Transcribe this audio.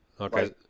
okay